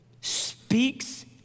speaks